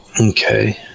Okay